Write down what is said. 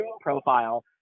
profile